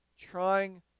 trying